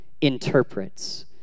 interprets